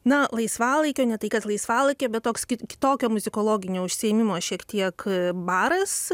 na laisvalaikio ne tai kad laisvalaikio bet toks kitokio muzikologinio užsiėmimo šiek tiek baras